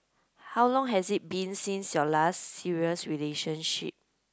how long has it been since your last serious relationship